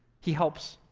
he helps.